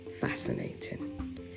fascinating